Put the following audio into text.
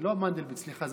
סליחה,